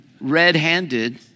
red-handed